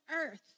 earth